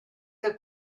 que